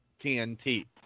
TNT